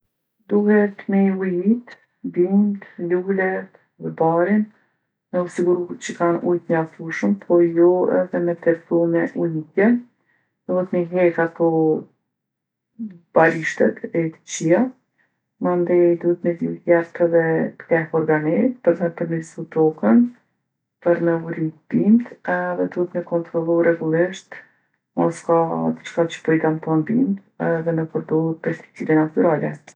Duhet me i ujitë bimtë, lulet edhe barin, me u siguru që kanë ujë t'mjaftushëm, po jo edhe me tepru me ujitjen. Duhet mi hekë ato barishtet e kqija. Mandej duhet me i jep edhe pleh organik për me përmirsu tokën, për me u rritë bimtë edhe duhet me kontrollu rregullisht mos ka diçka që po i damton bimtë edhe me përdorë pesticide natyrale.